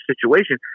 situation